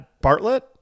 Bartlett